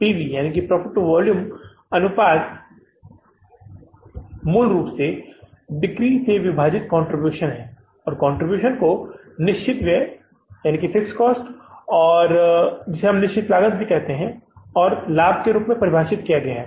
P V profit to volume अनुपात मूल रूप से बिक्री से विभाजित कंट्रीब्यूशन है और कंट्रीब्यूशन को निश्चित व्यय और लाभ के रूप में परिभाषित किया गया है